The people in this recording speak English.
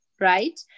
Right